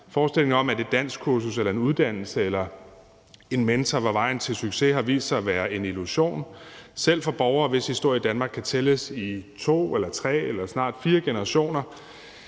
Forestillingen om, at et danskkursus eller en uddannelse eller en mentor var vejen til succes, har vist sig at være en illusion. For borgere, hvis historie i Danmark kan tælles i to eller tre eller snart fire generationer,